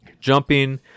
jumping